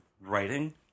writing